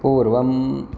पूर्वम्